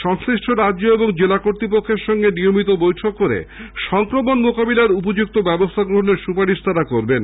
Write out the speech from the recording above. সংশ্লিষ্ট রাজ্য ও জেলা কর্তৃপক্ষের সঙ্গে নিয়মিত বৈঠক করে সংক্রমণ মোকাবিলায় দ্রুত ব্যবস্হা নেওয়ার সুপারিশ করবেন